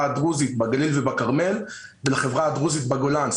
הדרוזית בגליל ובכרמל ולחברה הדרוזית בגולן.